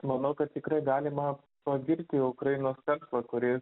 manau kad tikrai galima pagirti ukrainos verslą kuris